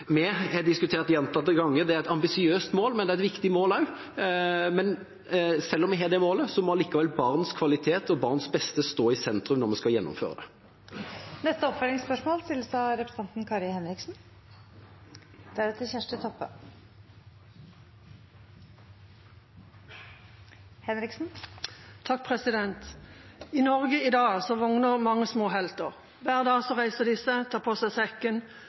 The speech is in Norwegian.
vi har diskutert gjentatte ganger, et ambisiøst mål, men det er også et viktig mål. Selv om vi har det målet, må kvaliteten for barn og barns beste stå i sentrum når vi skal gjennomføre det. Kari Henriksen – til oppfølgingsspørsmål. I Norge i dag våkner mange små helter. Hver dag reiser de seg, tar på seg sekken,